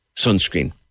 sunscreen